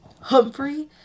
Humphrey